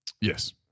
Yes